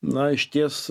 na išties